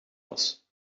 was